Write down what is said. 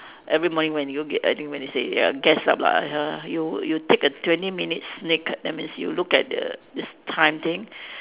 every morning when you I think when they say ya gets up lah ya you you take a twenty minutes sneak that means you look at the this time thing